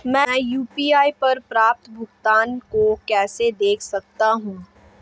मैं यू.पी.आई पर प्राप्त भुगतान को कैसे देख सकता हूं?